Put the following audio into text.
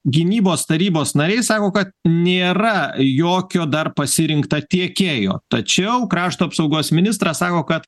gynybos tarybos nariai sako kad nėra jokio dar pasirinkto tiekėjo tačiau krašto apsaugos ministras sako kad